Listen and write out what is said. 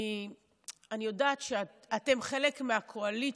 כי אני יודעת שאתם חלק מהקואליציה.